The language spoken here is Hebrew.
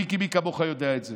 מיקי, מי כמוך יודע את זה.